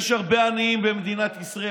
יש הרבה עניים במדינת ישראל.